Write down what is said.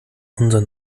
unser